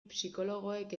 psikologoek